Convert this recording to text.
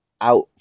out